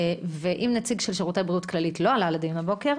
ואם נציג של שירותי בריאות כללית לא עלה לדיון הבוקר,